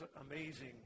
amazing